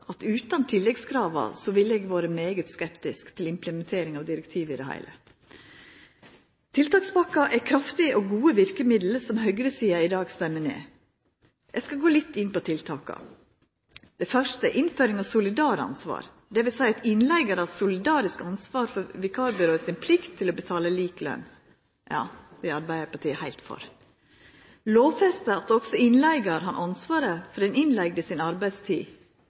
at utan tilleggskrava ville eg ha vore svært skeptisk til implementering av direktivet i det heile. Tiltakspakken er kraftige og gode verkemiddel som høgresida i dag stemmer ned. Eg skal gå litt inn på tiltaka: Innføring av solidaransvar. Det vil seia at innleigar har solidarisk ansvar for vikårbyrået si plikt til å betala lik lønn. Ja, det er Arbeidarpartiet heilt for. Lovfesta at også innleigar har ansvaret for den innleigde si arbeidstid.